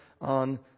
on